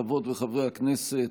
חברות וחברי הכנסת,